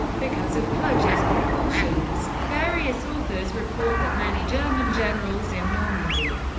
because of kluge's precautions. various authors report that many german generals in normandy,